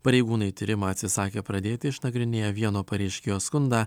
pareigūnai tyrimą atsisakė pradėti išnagrinėję vieno pareiškėjo skundą